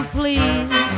please